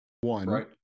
One